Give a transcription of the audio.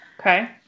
Okay